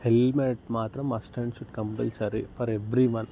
helmet మాత్రం must and should compulsory for every one